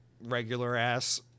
regular-ass